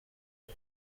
iri